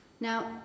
Now